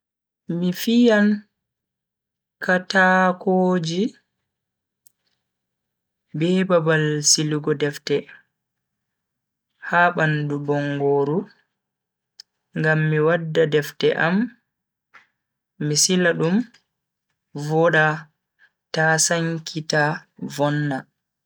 Mi fiyan kataakoji be babal silugo defte ha bandu bongoru ngam MI wadda defte am mi sila dum voda ta sankita vonna.